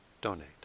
donate